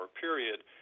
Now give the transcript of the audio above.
period